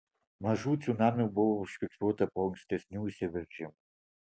mažų cunamių buvo užfiksuota po ankstesnių išsiveržimų